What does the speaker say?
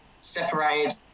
Separated